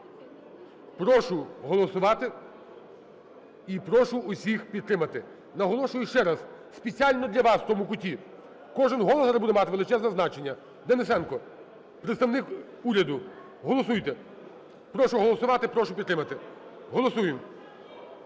Прошу голосувати і прошу усіх підтримати. Наголошую ще раз спеціально для вас в тому куті: кожен голос зараз буде мати величезне значення. Денисенко! Представник уряду, голосуйте. Прошу голосувати. Прошу підтримати. Голосуємо.